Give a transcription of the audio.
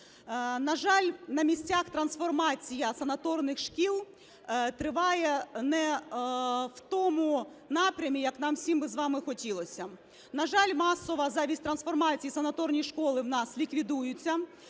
На жаль, на місцях трансформація санаторних шкіл триває не в тому напрямі, як нам всім би з вами хотілося. На жаль, масово замість трансформації санаторні школи в нас ліквідуються,